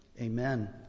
Amen